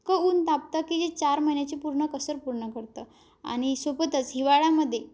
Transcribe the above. इतकं ऊन तापतं की जे चार महिन्याची पूर्ण कसर पूर्ण करतं आणि सोबतच हिवाळ्यामध्ये